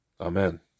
Amen